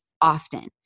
often